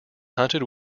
hunted